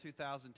2010